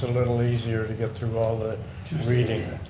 and little easier to get through all the reading.